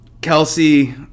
Kelsey